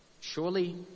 Surely